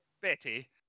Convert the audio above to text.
Betty